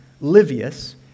Livius